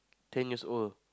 ten years old